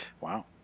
Wow